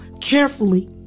carefully